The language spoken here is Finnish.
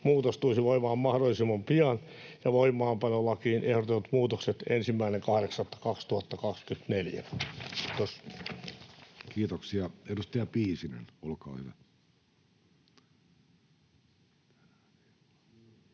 muutos tulisi voimaan mahdollisimman pian ja voimaanpanolakiin ehdotetut muutokset 1.8.2024. — Kiitos. Kiitoksia. — Edustaja Piisinen, olkaa hyvä.